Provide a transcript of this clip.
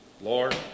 Lord